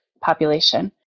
population